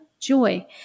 joy